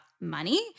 money